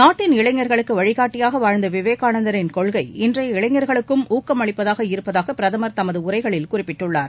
நாட்டின் இளைஞர்களுக்கு வழிகாட்டியாக வாழ்ந்த விவோகானந்தரின் கொள்கை இன்றைய இளைஞர்களுக்கும் ஊக்கமளிப்பதாக இருப்பதாக பிரதமர் தமது உரைகளில் குறிப்பிட்டுள்ளார்